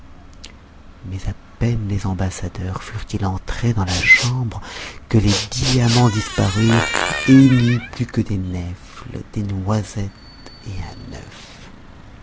mais à peine les ambassadeurs furent-ils entrés dans la chambre que les diamants disparurent et il n'y eut plus que des nèfles des noisettes et un œuf